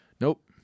Nope